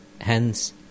hence